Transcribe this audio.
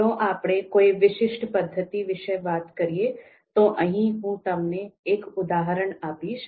જો આપણે કોઈ વિશિષ્ટ પદ્ધતિ વિશે વાત કરીએ તો અહીં હું તમને એક ઉદાહરણ આપીશ